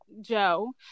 Joe